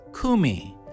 kumi